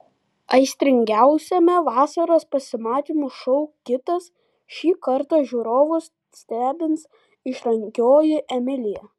aistringiausiame vasaros pasimatymų šou kitas šį kartą žiūrovus stebins išrankioji emilija